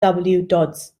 dodds